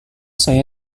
saya